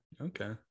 Okay